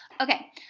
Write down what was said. Okay